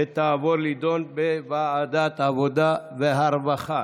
ותעבור להידון בוועדת העבודה והרווחה.